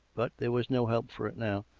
but there was no help for it now.